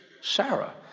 Sarah